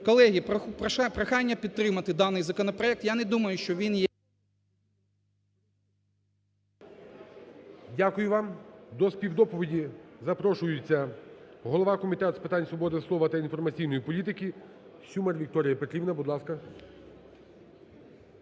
Колеги, прохання підтримати даний законопроект. Я не думаю, що він є... ГОЛОВУЮЧИЙ. Дякую вам. До співдоповіді запрошується голова Комітету з питань свободи слова та інформаційної політики Сюмар Вікторія Петрівна. Будь ласка.